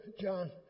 John